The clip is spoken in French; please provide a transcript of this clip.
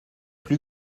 plus